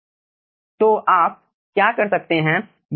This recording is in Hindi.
तो आप क्या कर सकते हैं